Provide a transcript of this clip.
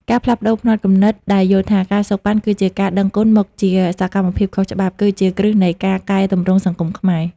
ការផ្លាស់ប្តូរផ្នត់គំនិតដែលយល់ថា ការសូកប៉ាន់ គឺជា "ការដឹងគុណ" មកជា "សកម្មភាពខុសច្បាប់" គឺជាគ្រឹះនៃការកែទម្រង់សង្គមខ្មែរ។